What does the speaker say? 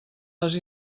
les